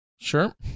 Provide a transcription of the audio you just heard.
Sure